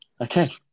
Okay